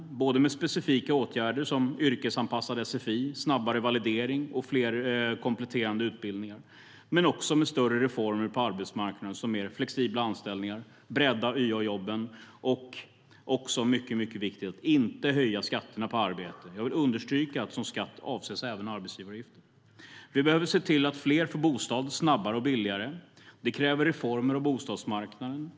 Det gör vi både med specifika åtgärder som yrkesanpassad sfi, snabbare validering och fler kompletterande utbildningar men också med större reformer på arbetsmarknaden, som mer flexibla anställningar, att bredda YA-jobben och - också mycket viktigt - genom att inte höja skatterna på arbete. Jag vill understryka att med skatt avses även arbetsgivaravgifter. Vi behöver se till att fler får bostad snabbare och billigare. Det kräver reformer av bostadsmarknaden.